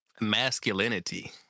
masculinity